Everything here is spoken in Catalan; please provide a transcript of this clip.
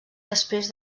després